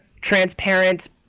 transparent